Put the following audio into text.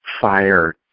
fire